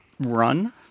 Run